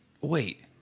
Wait